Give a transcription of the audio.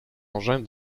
engins